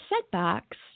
setbacks